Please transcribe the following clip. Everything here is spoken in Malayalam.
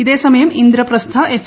ഇതേസമയം ഇന്ദ്രപ്രസ്ഥ എഫ്